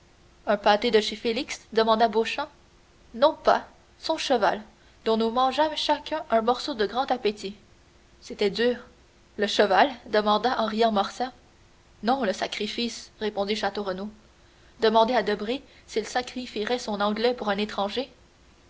un pâté de chez félix demanda beauchamp non pas son cheval dont nous mangeâmes chacun un morceau de grand appétit c'était dur le cheval demanda en riant morcerf non le sacrifice répondit château renaud demandez à debray s'il sacrifierait son anglais pour un étranger